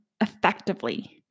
effectively